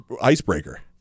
icebreaker